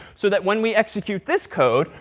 so that when we execute this code,